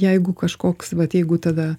jeigu kažkoks vat jeigu tada